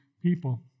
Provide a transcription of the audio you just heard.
people